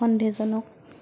সন্দেহজনক